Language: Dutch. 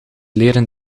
leren